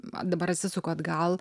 ma dabar atsisuku atgal